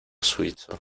suizo